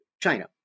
China